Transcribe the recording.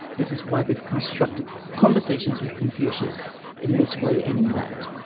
this is why they've constructed conversations with confucius in this way and in that.